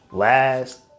Last